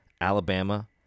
Alabama